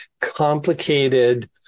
complicated